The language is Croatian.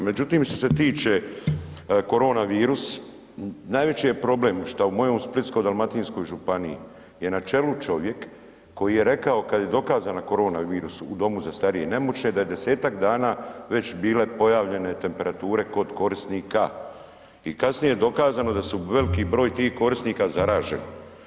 Međutim, što se tiče koronavirus najveći je problem šta u mojoj Splitsko-dalmatinskoj županiji je na čelu čovjek koji je rekao kad je dokazana koronavirus u domu za starije i nemoćne da je 10-tak dana već bile pojavljene temperature kod korisnika i kasnije je dokazano da su veliki broj tih korisnika zaraženi.